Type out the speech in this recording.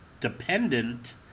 dependent